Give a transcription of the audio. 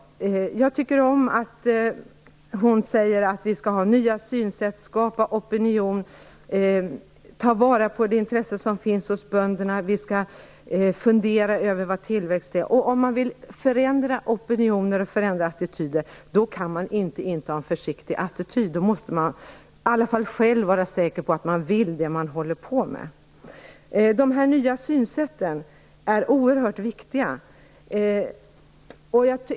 Jag tycker om att hon säger att vi skall ha nya synsätt, skapa opinion, ta vara på det intresse som finns hos bönderna och att vi skall fundera över vad tillväxt är. Men om man vill förändra opinioner och förändra attityder kan man inte inta en försiktig attityd, då måste man i alla fall själv vara säker på att man vill det man håller på med. De nya synsätten är oerhört viktiga.